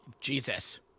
Jesus